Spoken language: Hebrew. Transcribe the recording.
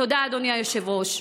תודה, אדוני היושב-ראש.